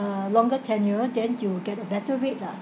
longer tenure then you get a better rate lah